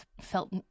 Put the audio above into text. felt